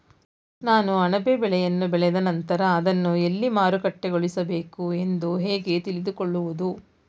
ನಾನು ಅಣಬೆ ಬೆಳೆಯನ್ನು ಬೆಳೆದ ನಂತರ ಅದನ್ನು ಎಲ್ಲಿ ಮಾರುಕಟ್ಟೆಗೊಳಿಸಬೇಕು ಎಂದು ಹೇಗೆ ತಿಳಿದುಕೊಳ್ಳುವುದು?